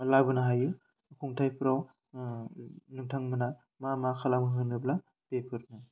लाबोनो हायो खुंथाइफ्राव नोंथांमोनहा मा मा खालामो होनोब्ला बेफोरनो